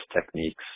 techniques